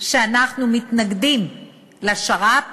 שאנחנו מתנגדים לשר"פ,